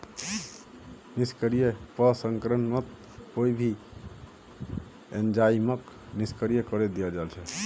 निष्क्रिय प्रसंस्करणत कोई भी एंजाइमक निष्क्रिय करे दियाल जा छेक